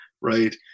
right